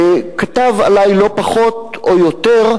כתב עלי, לא פחות, או יותר,